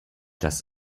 das